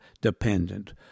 dependent